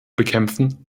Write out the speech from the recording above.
bekämpfen